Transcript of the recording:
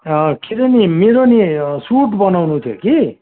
किन नि मेरो नि सुट बनाउनु थियो कि